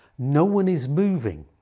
no one is moving,